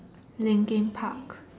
Linkin Park